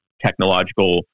technological